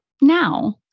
now